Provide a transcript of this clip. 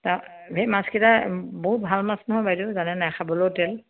সেই মাছকেইটা বহুত ভাল মাছ নহয় বাইদেউ জানে নে নাই খাবলৈও তেল